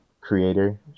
creator